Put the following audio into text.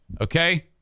Okay